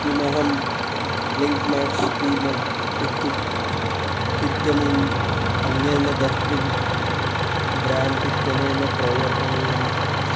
किमहं Blinkmax tea mug इत्युक्तं इत्यमुम् अन्येन डस्ट्बिन् ब्राण्ड् इत्यनेन प्रवर्तनीयम्